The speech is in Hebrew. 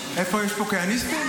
איפה יש פה כהניסטים?